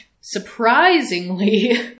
surprisingly